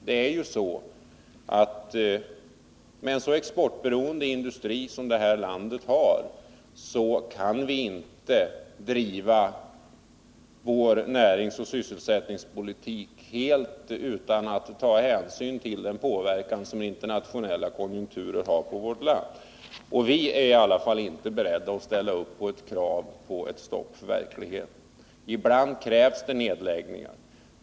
Med en så exportberoende industri som detta land har kan man inte driva en näringsoch sysselsättningspolitik helt utan att ta hänsyn till den påverkan som den internationella konjunkturen har på vårt land. Vi är i alla fall inte beredda att ställa upp krav på stopp för verkligheten. Ibland krävs det nedläggningar.